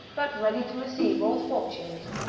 but ready to receive all fortunes,